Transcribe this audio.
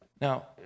Now